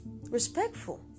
respectful